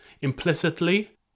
implicitly